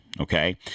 Okay